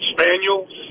Spaniels